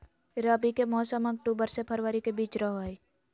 रबी के मौसम अक्टूबर से फरवरी के बीच रहो हइ